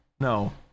No